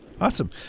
Awesome